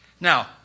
Now